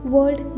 World